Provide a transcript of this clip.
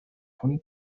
von